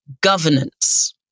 governance